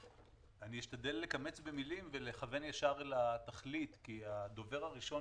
אשתדל לקמץ במילים ולכוון ישר אל התכלית כי הדובר הראשון